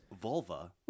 vulva